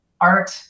art